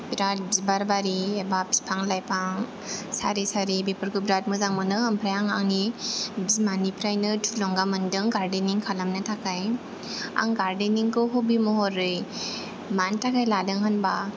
बिराद बिबार बारि एबा फिफां लाइफां सारि सारि बेफोरखौ बिराद मोजां मोनो ओमफ्राय आं आंनि बिमानिफ्रायनो थुलुंगा मोनदों गार्देनिं खालामनो थाखाय आं गार्देनिंखौ हबि महरै मानि थाखाय लादों होनबा